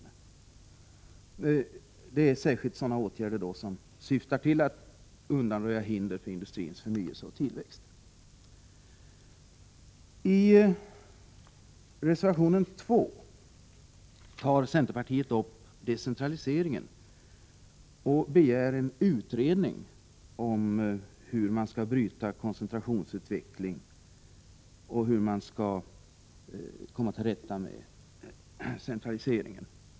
Detta gäller särskilt åtgärder som syftar till att undanröja hinder för industrins förnyelse och tillväxt. I reservation 2 tar centerpartiet upp decentraliseringen och begär en utredning om hur man skall bryta koncentrationsutvecklingen och hur man skall komma till rätta med centraliseringen.